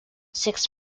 six